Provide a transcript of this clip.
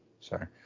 sorry